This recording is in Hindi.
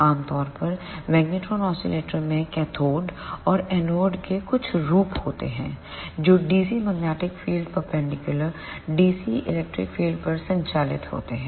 आम तौर पर मैग्नेट्रोन ऑसिलेटर्स में कैथोडऔर एनोड के कुछ रूप होते हैं जो DC magnetic field perpendicular DC electric field पर संचालित होते हैं